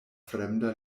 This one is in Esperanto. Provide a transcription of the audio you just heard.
fremda